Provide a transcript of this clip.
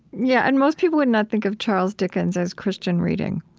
yeah, and most people would not think of charles dinkens as christian reading